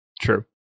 True